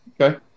Okay